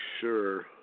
sure